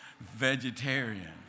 vegetarian